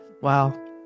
Wow